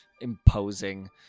imposing